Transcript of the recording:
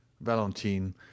valentine